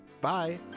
Bye